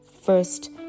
first